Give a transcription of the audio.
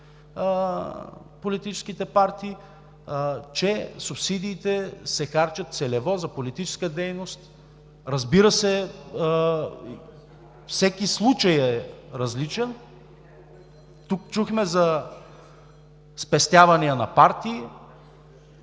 политическите партии, че субсидиите се харчат целево за политическа дейност. Разбира се, всеки случай е различен. Тук чухме за спестявания на партии.